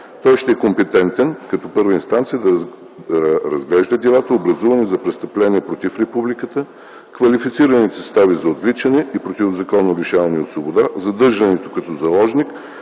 Той ще е компетентен като първа инстанция да разглежда делата, образувани за престъпления против републиката, квалифицираните състави за отвличане и противозаконно лишаване от свобода, задържането като заложник,